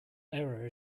error